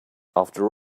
after